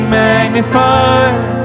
magnified